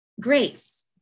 grace